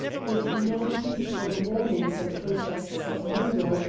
with no heed for the warnings and protests of mungo,